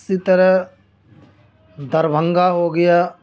اسی طرح دربھنگا ہو گیا